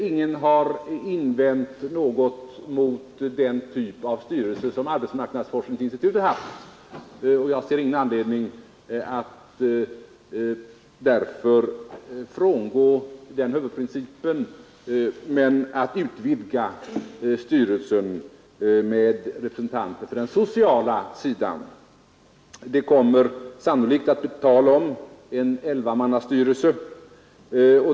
Ingen har invänt något mot den typ av styrelse som arbetsmarknadsforskningsinstitutet har haft, och jag ser därför ingen anledning att frångå den huvudprincipen. Styrelsen kommer dock att utvidgas så att den omfattar representanter för den sociala sidan. Det kommer sannolikt att bli tal om en elvamannastyrelse.